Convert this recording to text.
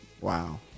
Wow